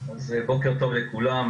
טוב לכולם,